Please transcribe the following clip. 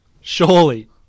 Surely